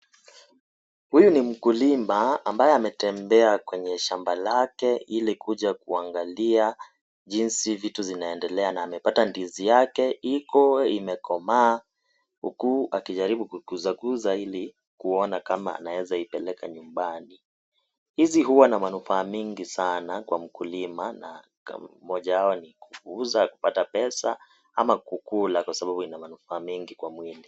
Huyu ni mkulima, ambaye ametembea kwenye shamba lake, ili kuja kuangalia jinsi vitu zinaendelea na amepata ndizi yake, iko, imekomaa huku akijaribu kuza kuza ili aweze kupeleka nyumbani, ndizi huwa na manufaa mingi sana kwa mkulima, na moja yao ni kuuza kupata pesa, ama kuiula huwa ina manufaa mingi kwa mwili.